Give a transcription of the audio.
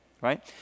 right